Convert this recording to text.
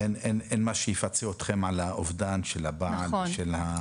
ואין מה שיפצה אתכם על האובדן של הבעל והבן, אין.